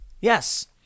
Yes